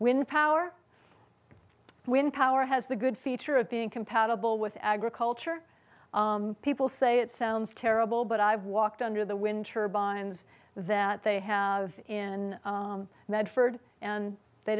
wind power wind power has the good feature of being compatible with agriculture people say it sounds terrible but i've walked under the wind turbines that they have in medford and they